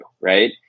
right